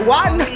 one